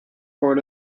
court